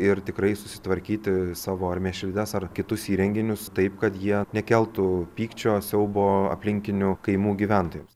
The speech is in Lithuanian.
ir tikrai susitvarkyti savo ar mėšlides ar kitus įrenginius taip kad jie nekeltų pykčio siaubo aplinkinių kaimų gyventojams